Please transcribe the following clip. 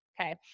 Okay